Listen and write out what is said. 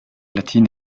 latine